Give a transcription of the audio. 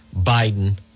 Biden